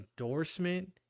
endorsement